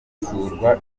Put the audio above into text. zisurwa